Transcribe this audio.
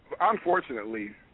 unfortunately